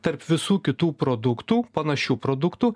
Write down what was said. tarp visų kitų produktų panašių produktų